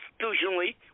constitutionally